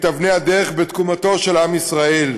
את אבני הדרך בתקומתו של עם ישראל.